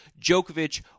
Djokovic